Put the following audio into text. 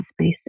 space